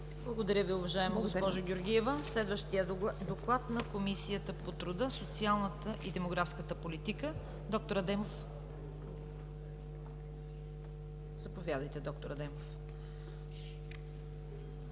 Благодаря Ви, уважаема госпожо Георгиева. Следва Доклад на Комисията по труда, социалната и демографската политика. Заповядайте, д-р Адемов.